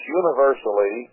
universally